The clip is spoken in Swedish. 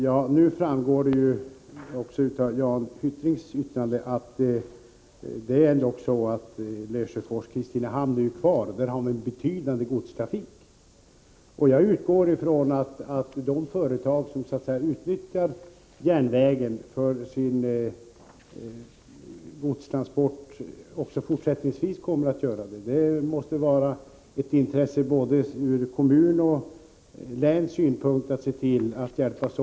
Herr talman! Som också framgår av Jan Hyttrings anförande kommer det ändå att finnas kvar en betydande godstrafik på bandelen Lesjöfors Kristinehamn. Jag utgår ifrån att de företag som utnyttjar järnvägen för sina godstransporter kommer att göra det också fortsättningsvis. Det måste vara ett intresse både ur kommunernas och ur länets synpunkt att se till att så blir fallet.